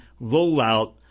rollout